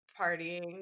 partying